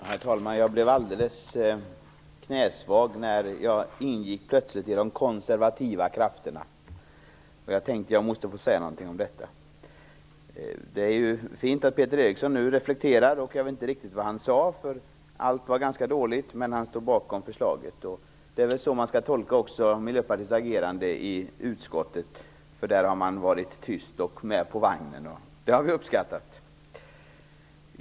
Herr talman! Jag blev alldeles knäsvag när jag plötsligt räknades in i de konservativa krafterna, och jag vill säga något om detta. Det är fint att Peter Eriksson nu reflekterar. Jag vet inte riktigt vad han sade, för det hördes ganska dåligt, men han stod bakom förslaget. Det är väl också så man skall tolka Miljöpartiets agerande i utskottet, där man har varit tyst och suttit med på vagnen, vilket vi har uppskattat.